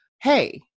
hey